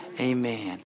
Amen